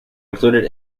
included